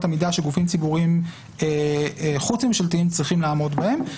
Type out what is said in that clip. המידה שגופים ציבוריים חוץ ממשלתיים צריכים לעמוד בהם,